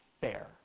fair